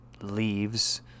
leaves